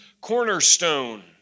cornerstone